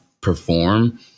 perform